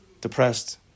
depressed